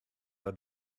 her